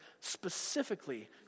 specifically